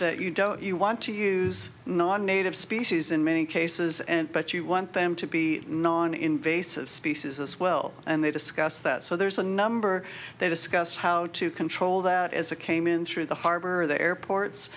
that you don't you want to use non native species in many cases and but you want them to be non invasive species as well and they discussed that so there's a number they discuss how to control that as a came in through the harbor or the airports